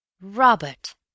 Robert